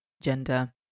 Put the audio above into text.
gender